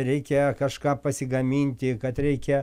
reikia kažką pasigaminti kad reikia